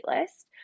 list